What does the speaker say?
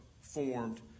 formed